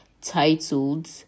titled